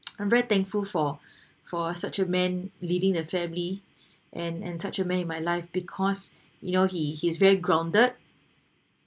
I'm very thankful for for such a man leading the family and and such a man in my life because you know he he's very grounded